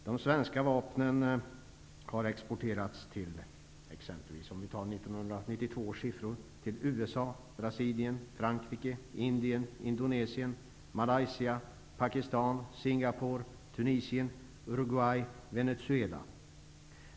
De svenska vapnen har exporterats till -- om vi tar 1992 års siffror -- exempelvis USA, Malaysia, Pakistan, Singapore, Tunisien, Uruguay och Venezuela.